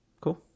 Cool